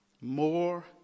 More